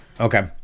Okay